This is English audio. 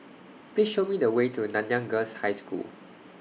Please Show Me The Way to Nanyang Girls' High School